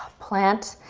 plant,